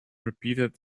repeated